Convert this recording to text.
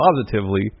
Positively